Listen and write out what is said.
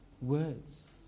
Words